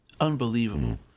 unbelievable